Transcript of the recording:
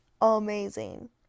amazing